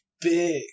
Big